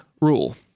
rule